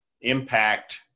impact